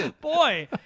Boy